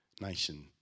nation